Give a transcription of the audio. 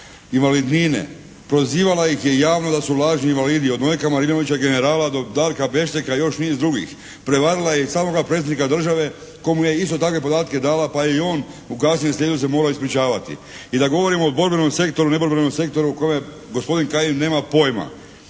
invalidnine, prozivala ih je javno da su lažni invalidi od Marinovića generala do Darka Bešteka i još niz drugih. Prevarila je i samog Predsjednika države kojem je iste takve podatke dala pa je i on u kasnijem slijedu se morao ispričavati. I da govorimo o borbenom sektoru, neborbenom sektoru o kojem gospodin Kajin nema pojma,